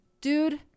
Dude